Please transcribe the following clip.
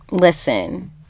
listen